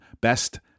best